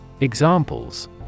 Examples